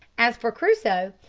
as for crusoe,